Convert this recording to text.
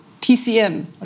TCM